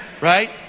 Right